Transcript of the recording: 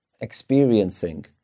experiencing